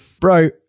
Bro